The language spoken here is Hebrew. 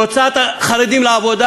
בהוצאת החרדים לעבודה?